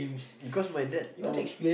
cause my dad told